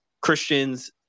Christians